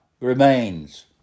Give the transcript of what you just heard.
remains